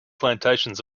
plantations